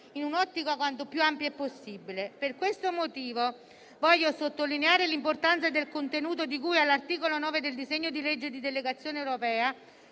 in un'ottica quanto più ampia possibile. Per questo motivo, voglio sottolineare l'importanza del contenuto di cui all'articolo 9 del disegno di legge di delegazione europea,